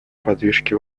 подвижки